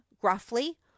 gruffly